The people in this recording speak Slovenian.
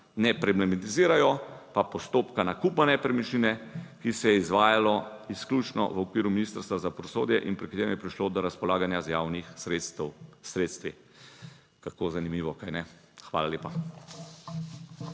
ne problematizirajo pa postopka nakupa nepremičnine, ki se je izvajalo izključno v okviru Ministrstva za pravosodje in pri tem je prišlo do razpolaganja z javnih sredstev, s sredstvi kako zanimivo, kajne? Hvala lepa.